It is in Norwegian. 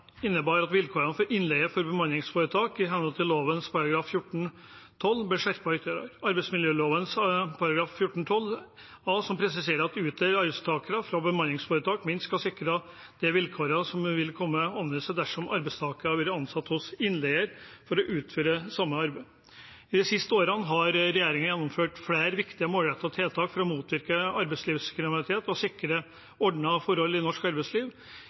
innebar at vilkårene for innleie for bemanningsforetak, i henhold til lovens § 14-12, ble skjerpet ytterligere. Arbeidsmiljøloven § 14-12 a presiserer at utleide arbeidstakere fra bemanningsforetak «minst sikres de vilkår som ville kommet til anvendelse dersom arbeidstaker hadde vært ansatt hos innleier for å utføre samme arbeid». I de siste årene har regjeringen gjennomført flere viktige og målrettede tiltak for å motvirke arbeidslivskriminalitet og sikre ordnede forhold i norsk arbeidsliv.